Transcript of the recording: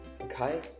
Okay